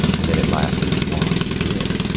and that it lasted as long as it did.